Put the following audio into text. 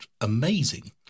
amazing